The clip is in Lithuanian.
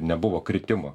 nebuvo kritimo